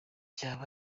byaba